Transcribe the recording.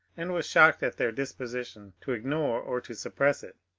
and was shocked at their disposition to ignore or to suppress it.